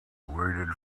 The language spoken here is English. waited